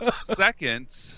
Second